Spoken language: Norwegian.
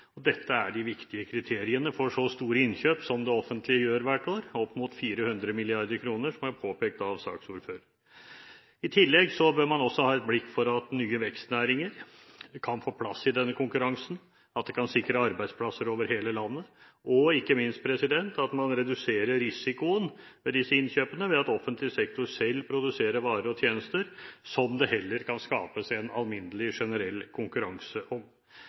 Dette er de viktige kriteriene for så store innkjøp som det offentlige gjør hvert år – opp mot 400 mrd. kr, som det ble påpekt av saksordføreren. I tillegg bør man også ha et blikk for at nye vekstnæringer kan få plass i denne konkurransen, at det kan sikre arbeidsplasser over hele landet, og ikke minst at man reduserer risikoen som ligger i disse innkjøpene, hvis offentlig sektor selv produserer varer og tjenester som det heller kan skapes en alminnelig generell konkurranse om.